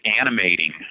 animating